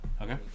Okay